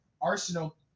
Arsenal